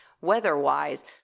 weather-wise